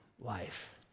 life